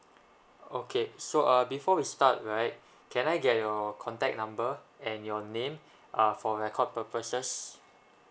okay so uh before we start right can I get your contact number and your name uh for record purposes